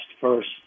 first